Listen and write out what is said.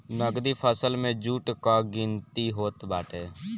नगदी फसल में जुट कअ गिनती होत बाटे